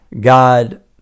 God